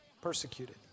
Persecuted